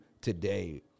today